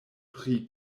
pri